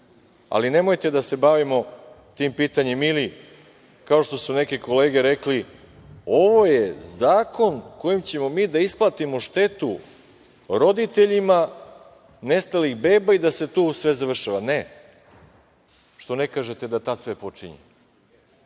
ali nemojte da se bavimo tim pitanjem ili kao što su neke kolege rekle - ovo je zakon kojim ćemo mi da isplatimo štetu roditeljima nestalih beba i da se tu sve završava. Ne. Što ne kažete da tada sve počinje,